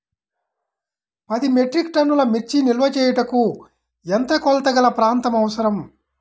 పది మెట్రిక్ టన్నుల మిర్చి నిల్వ చేయుటకు ఎంత కోలతగల ప్రాంతం అవసరం?